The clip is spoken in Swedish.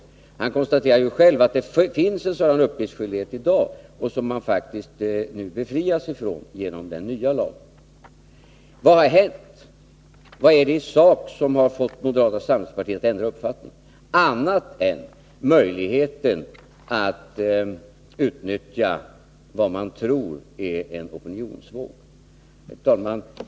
Knut Wachtmeister konstaterade ju själv att det finns en sådan uppgiftsskyldighet i dag, som man faktiskt nu befrias ifrån genom den nya lagen. Vad har hänt? Vad är det i sak som har fått moderata samlingspartiet att ändra uppfattning, annat än möjligheten att utnyttja vad man tror är en opinionsvåg? Herr talman!